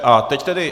A teď tedy...